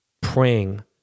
praying